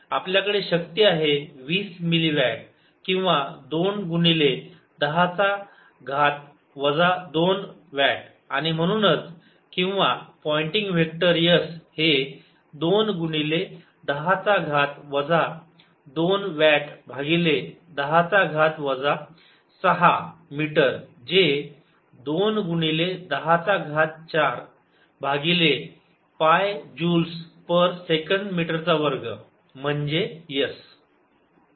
आपल्याकडे शक्ती आहे 20 मिली वॅट किंवा 2 गुणिले 10 चा घाट वजा 2 वॅट आणि म्हणूनच किंवा पॉईंटिंग वेक्टर S हे 2 गुणिले 10 चा घात वजा 2 वॅट भागिले 10 चा घात वजा 6 मीटर जे 2 गुणिले 10 चा घात 4 भागिले पाय जूल्स पर सेकंड मीटरचा वर्ग म्हणजे S